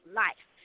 life